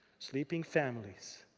sleeping families.